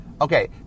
Okay